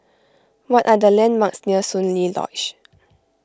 what are the landmarks near Soon Lee Lodge